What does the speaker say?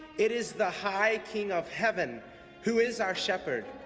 it is the high king of heaven who is our shepherd.